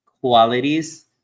qualities